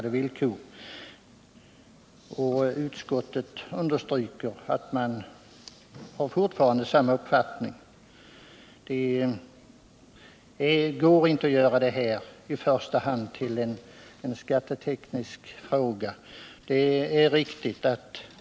Utskottet understryker att det fortfarande har denna uppfattning. Det går inte att göra det här till en skatteteknisk fråga i första hand.